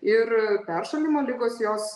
ir peršalimo ligos jos